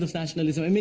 nationalism. i mean